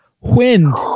wind